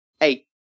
Eight